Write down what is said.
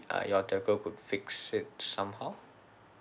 uh your telco could fix it somehow